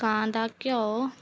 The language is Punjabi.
ਗਾਂ ਦਾ ਘਿਓ